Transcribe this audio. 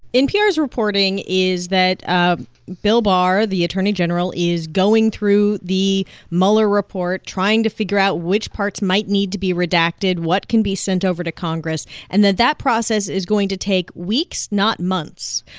npr's reporting is that ah bill barr, the attorney general, is going through the mueller report, trying to figure out which parts might need to be redacted, what can be sent over to congress and that that process is going to take weeks, not months.